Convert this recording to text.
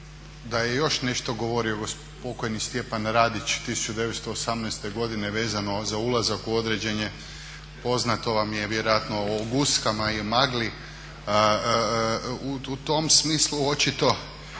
da je još nešto govorio pokojni Stjepan Radić 1918. godine vezano za ulazak u određene, poznato vam je vjerojatno o guskama i o magli. U tom smislu očito